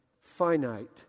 finite